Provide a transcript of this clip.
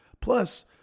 Plus